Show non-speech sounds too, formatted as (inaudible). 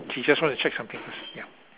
she just wanna check something (noise)